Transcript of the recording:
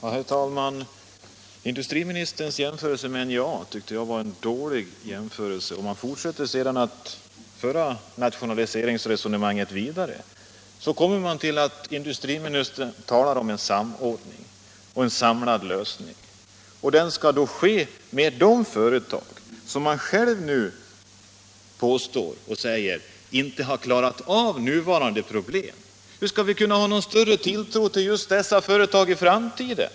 Herr talman! Industriministerns jämförelse med NJA tycker jag var en dålig jämförelse. Om man för nationaliseringsresonemanget vidare så kommer man till industriministerns uttalande om en samordning och en samlad lösning. Men den skulle ske genom de företag som industriministern själv nu påstår inte har klarat av nuvarande problem. Hur skall vi kunna ha någon större tilltro till dessa företag i framtiden?